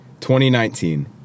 2019